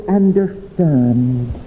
understand